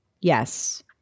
Yes